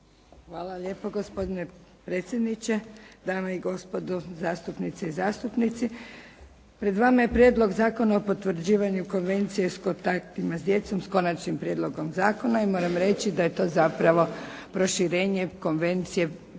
Hvala lijepo gospodine predsjedniče, dame i gospodo zastupnice i zastupnici. Pred vama je Prijedlog zakona o potvrđivanju Konvencije s kontaktima s djecom s Konačnim prijedlogom zakona i moram reći da je to zapravo proširenje Konvencije